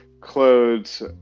clothes